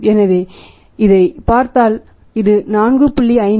எனவே இதைப் பார்த்தால் இது 4